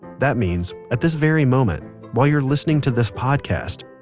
that means, at this very moment while you're listening to this podcast,